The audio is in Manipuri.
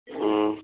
ꯎꯝ